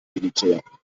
militär